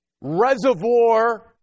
reservoir